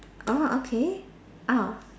oh okay ah